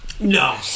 No